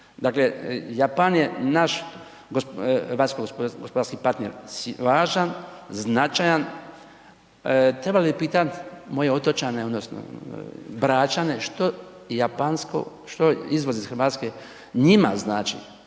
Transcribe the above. Dakle, Japan je naš vanjsko gospodarski partner važan, značajan. Trebalo bi pitati moje otočane, odnosno Bračane, što japansko, što izvoz iz Hrvatske njima znači,